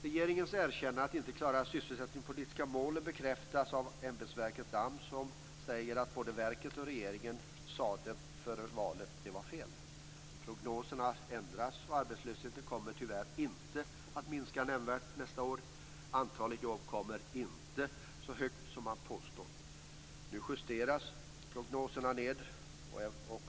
Regeringens erkännande att inte klara de syssesättningspolitiska målen bekräftas av ämbetsverket AMS, som säger att det som både verket och regeringen sade före valet var fel. Prognoserna har ändrats, och arbetslösheten kommer tyvärr inte att minska nämnvärt nästa år. Antalet jobb blir inte så högt som man har påstått. Nu justeras prognoserna ned.